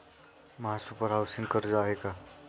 महासुपर हाउसिंग कर्ज आहे का?